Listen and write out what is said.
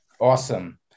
Awesome